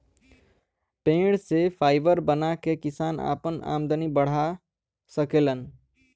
पेड़ से फाइबर बना के किसान आपन आमदनी बढ़ा सकेलन